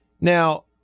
Now